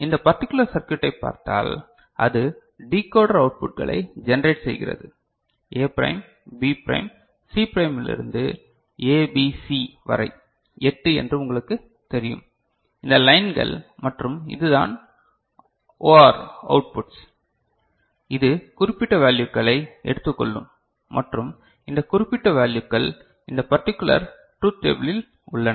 இந்த பர்டிகுளர் சர்க்யூட்டை பார்த்தால் அது டிகோடர் அவுட்புட்களை ஜெனரேட் செய்கிறது A prime B prime C ப்ரைமிலிருந்து ஏபிசி வரை 8 என்று உங்களுக்குத் தெரியும் இந்த லைன்கள் மற்றும் இதுதான் OR அவுட்புட்ஸ் இது குறிப்பிட்ட வேல்யுக்களை எடுத்துக்கொள்ளும் மற்றும் இந்த குறிப்பிட்ட வேல்யுக்கள் இந்த பர்டிகுலர் ட்ரூத் டேபிளில் உள்ளன